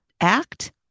act